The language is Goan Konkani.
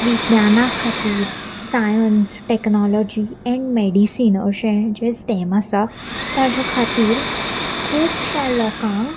विज्ञाना खातीर सायन्स टॅक्नोलॉजी एन्ड मेडिसीन अशें जे स्टेम आसा ताजे खातीर खुबश्या लोकांक